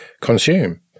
consume